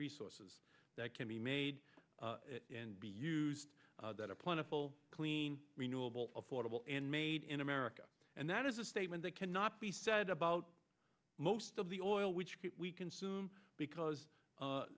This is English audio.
resources that can be made and be used that are plentiful clean renewable affordable and made in america and that is a statement that cannot be said about most of the oil which we consume because